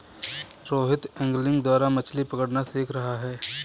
Rohit angling द्वारा मछ्ली पकड़ना सीख रहा है